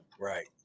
Right